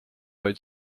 vaid